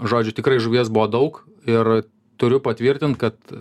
žodžių tikrai žuvies buvo daug ir turiu patvirtint kad